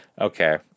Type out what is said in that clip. okay